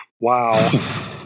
Wow